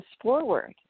forward